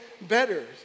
better